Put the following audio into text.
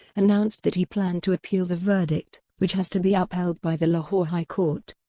announced that he planned to appeal the verdict, which has to be upheld by the lahore high court.